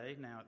now